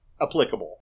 applicable